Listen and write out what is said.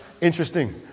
Interesting